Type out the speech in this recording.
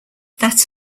that